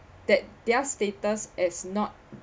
that their status as not